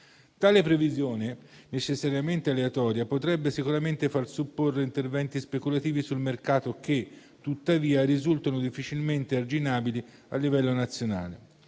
Tale previsione, necessariamente aleatoria, potrebbe sicuramente far supporre interventi speculativi sul mercato che, tuttavia, risultano difficilmente arginabili a livello nazionale.